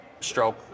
stroke